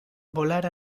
volar